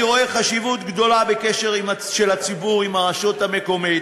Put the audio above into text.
אני רואה חשיבות גדולה בקשר של הציבור עם הרשות המקומית.